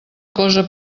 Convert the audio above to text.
cosa